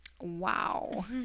wow